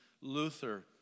Luther